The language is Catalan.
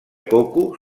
coco